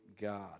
God